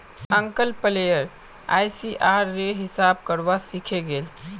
uncle player ICR रे हिसाब करवा सीखे गेल